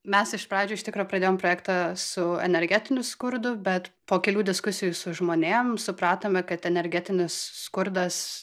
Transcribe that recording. mes iš pradžių iš tikro pradėjom projektą su energetiniu skurdu bet po kelių diskusijų su žmonėm supratome kad energetinis skurdas